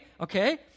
Okay